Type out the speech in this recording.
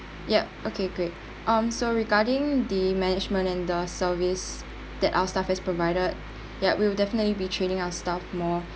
yup okay great um so regarding the management and the service that our staff has provided ya we would definitely be training our staff more